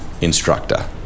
Instructor